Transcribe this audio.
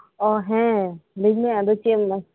ᱳ ᱦᱮᱸ ᱞᱟᱹᱭᱢᱮ ᱟᱫᱚ ᱪᱮ ᱫᱮᱢ ᱢᱮᱱ ᱮᱫᱟ